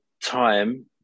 time